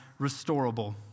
restorable